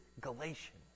Galatians